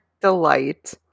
delight